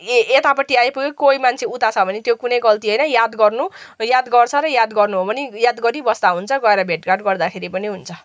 ए यतापट्टि आइपुग्यो कोही मान्छे उता छ भने त्यो कुनै गल्ती होइन याद गर्नु याद गर्छ र याद गर्नु हो भने याद गरिबस्दा हुन्छ गएर भेट घाट गर्दा पनि हुन्छ